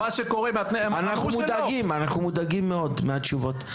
אנחנו מודאגים מאוד מהתשובות.